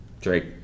Drake